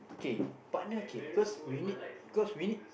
okay partner okay because we need because we need